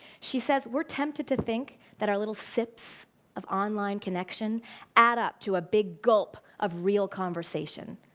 she says, we're tempted to think that our little sips of online connection add up to a big gulp of real conversation,